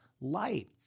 light